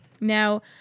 Now